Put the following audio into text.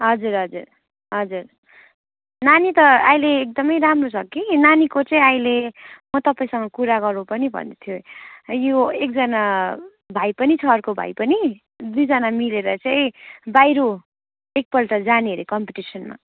हजुर हजुर हजुर नानी त अहिले एकदमै राम्रो छ कि नानीको चाहिँ अहिले म तपाईँसँग कुरा गरौँ पनि भन्दैथेँ है यो एकजना भाइ पनि छ अर्को भाइ पनि दुईजना मिलेर चाहिँ बाहिर एकपल्ट जाने अरे कम्पिटिसनमा